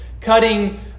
cutting